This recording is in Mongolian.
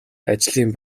ажлын